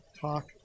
talk